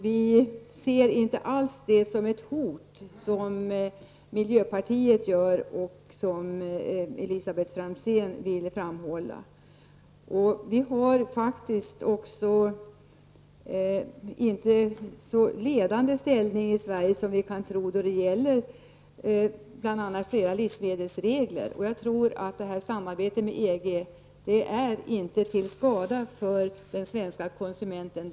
Vi ser inte alls detta som ett hot, som miljöpartiet gör och som Elisabet Franzén vill framhålla. Vi har faktiskt inte en så ledande ställning i Sverige som man kan tro då det gäller bl.a. flera livsmedelsregler. Jag tror att samarbetet med EG inte är till skada för den svenska konsumenten.